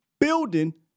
building